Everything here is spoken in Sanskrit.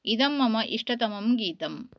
इदं मम इष्टतमं गीतम्